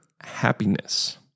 happiness